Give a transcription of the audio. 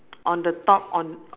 on the top on